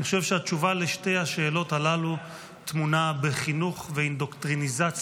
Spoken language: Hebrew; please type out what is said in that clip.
אני חושב שהתשובה על שתי השאלות הללו טמונה בחינוך ובאינדוקטרינציה,